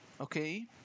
okay